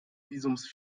visums